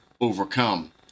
overcome